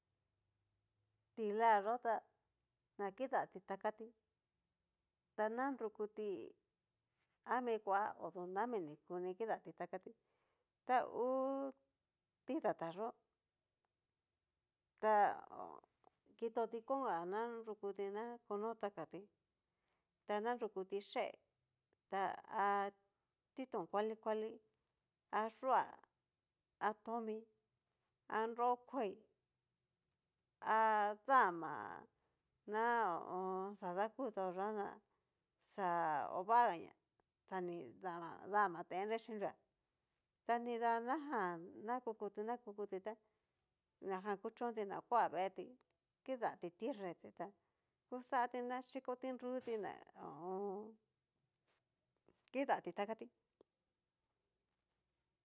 Ti'la yó ta na kidati takati ta na nrukuti nami kua odu nami ni kuni kidati takatí, ta ngu idata yó ta kito dikonga nanrukuti na kono takatí, narukuti yee a titón kuali kuali, a yuá a tomi, anro kuaí a dama ná ho o on. na xa dakuto ñá na ovagaña xani dama tendre xhinrua ta nida na jan nakukuti nakukuti tá ñajan kuchónti na kua veetí kidati tinrete ta kixati na xhiko tinruti ná ho o on. kidati takatí.